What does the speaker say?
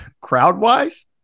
crowd-wise